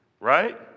Right